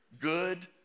Good